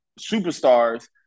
superstars